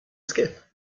skip